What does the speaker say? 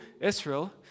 Israel